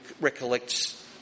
recollects